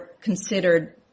considered